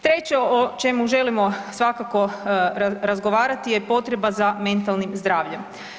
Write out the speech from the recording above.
Treće o čemu želimo svakako razgovarati je potreba za mentalnim zdravljem.